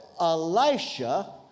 Elisha